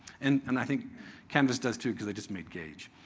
and and i think canvas does too because they just made gauge.